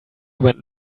went